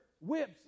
Whips